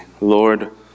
Lord